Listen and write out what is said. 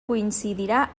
coincidirà